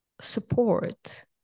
support